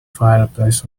fireplace